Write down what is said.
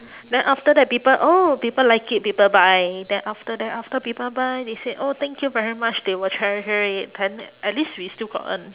then after that people oh people like it people buy then after that after people buy they said oh thank you very much they will treasure it it at least we still got earn